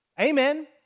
Amen